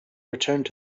returned